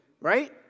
right